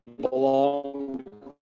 belong